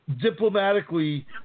diplomatically